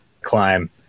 climb